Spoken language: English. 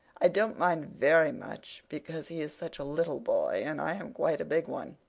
i don't mind very much because he is such a little boy and i am quite a big one,